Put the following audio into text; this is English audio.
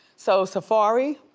so safaree